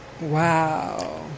Wow